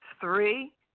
Three